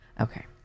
okay